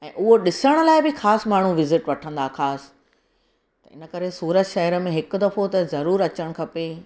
ऐं उहो ॾिसण लाइ बि ख़ासि माण्हू विज़िट वठंदा ख़ासि त इनकरे सूरत शहर में त हिकु दफ़ो त ज़रूरु अचणु खपे